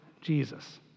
Jesus